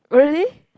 really